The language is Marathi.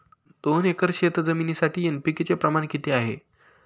दोन एकर शेतजमिनीसाठी एन.पी.के चे प्रमाण किती आहे?